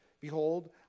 Behold